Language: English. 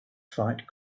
fight